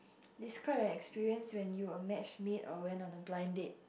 describe an experience when you were match made or went on a blind date